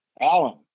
Alan